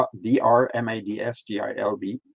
d-r-m-a-d-s-g-i-l-b